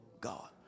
God